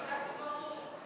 חזק וברוך.